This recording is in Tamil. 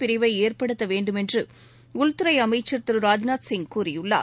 பிரிவை ஏற்படுத்த வேண்டுமென்று உள்துறை அமைச்சள் திரு ராஜ்நாத் சிங் கூறியுள்ளார்